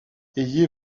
ayez